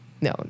No